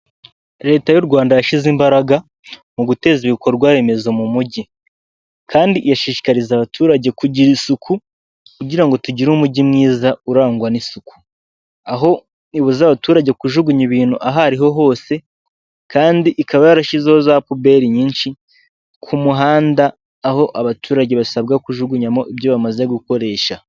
Leta y'u Rwanda yashyize imbaraga mu guteza ibikorwa remezo mu mujyi kandi irashishikariza abaturage kugira isuku kugira ngo tugire umujyi mwiza urangwa n'isuku, aho ibuza abaturage kujugunya ibintu aho ariho hose kandi ikaba yarashyizeho za puberi nyinshi ku muhanda, aho abaturage basabwa kujugunyamo ibyo bamaze gukoresha.